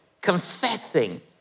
confessing